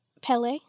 Pele